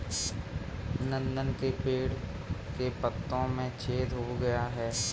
नंदन के पेड़ के पत्तों में छेद हो गया है